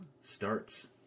starts